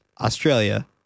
Australia